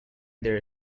their